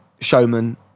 showman